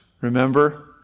remember